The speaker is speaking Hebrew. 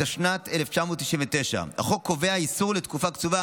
התשנ"ט 1999. החוק קובע איסור לתקופה קצובה